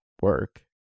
work